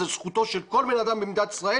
זו זכותו של כל בן אדם במדינת ישראל